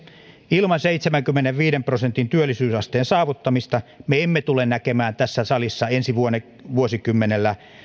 ilman seitsemänkymmenenviiden prosentin työllisyysasteen saavuttamista me emme tule näkemään tässä salissa ensi vuosikymmenellä